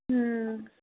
हुँ